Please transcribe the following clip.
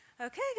okay